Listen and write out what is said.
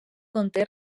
conté